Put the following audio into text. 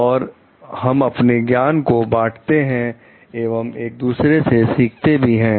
और हम अपने ज्ञान को बांटते हैं एवं हम दूसरों से सीखते भी हैं